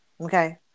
okay